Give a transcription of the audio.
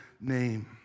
name